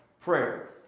prayer